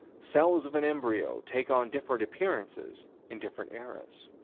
cells of an embryo take on different appearances in different eras.